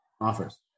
offers